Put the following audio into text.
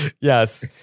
Yes